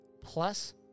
plus